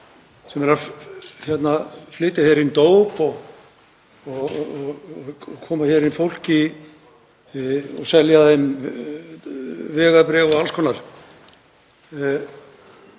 sem eru að flytja inn dóp og koma inn fólki, selja þeim vegabréf og alls konar.